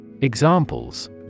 Examples